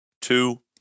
two